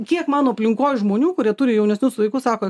kiek mano aplinkos žmonių kurie turi jaunesnius vaikus sako